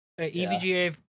EVGA